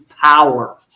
power